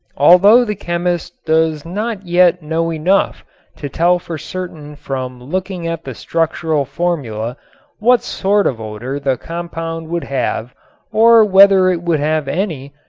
although the chemist does not yet know enough to tell for certain from looking at the structural formula what sort of odor the compound would have or whether it would have any,